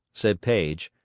said paige,